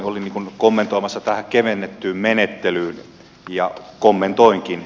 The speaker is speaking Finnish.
olin kommentoimassa tätä kevennettyä menettelyä ja kommentoinkin